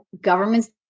governments